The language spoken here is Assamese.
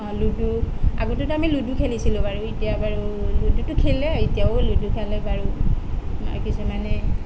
অঁ লুডু আগতেতো আমি লুডু খেলিছিলোঁ বাৰু এতিয়া বাৰু লুডুটো খেলে এতিয়াও লুডু খেলে বাৰু কিছুমানে